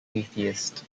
atheist